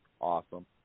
awesome